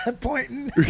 pointing